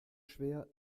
schwer